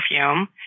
perfume